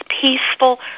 Peaceful